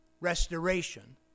restoration